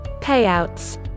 Payouts